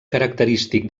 característic